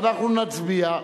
ואנחנו נצביע.